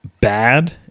bad